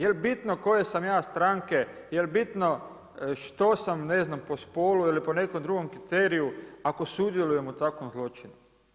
Jel bitno koje sam ja stranke, jel bitno što sam ne znam po spolu ili po nekom drugom kriteriju ako sudjelujem u takvom zločinu?